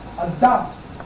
adopts